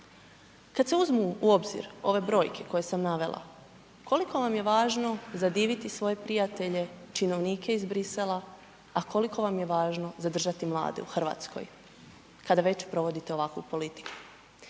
Kada se uzmu u obzir ove brojke koje sam navela, koliko vam je važno zadiviti svoje prijatelje, činovnike iz Brisela a koliko vam je važno zadržati mlade u Hrvatskoj, kad već provodite ovakvu politiku?